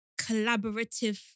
collaborative